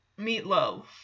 meatloaf